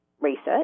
research